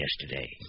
yesterday